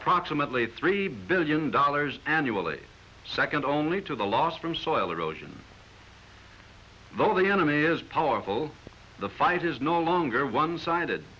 approximately three billion dollars annually second only to the loss from soil erosion though the enemy is powerful the fight is no longer one sided